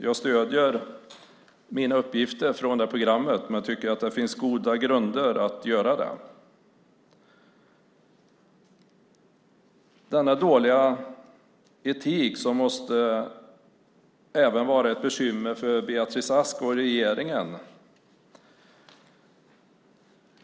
Jag stöder mina uppgifter på det programmet. Jag tycker att det finns goda grunder att göra det. Denna dåliga etik måste även vara ett bekymmer för Beatrice Ask och regeringen.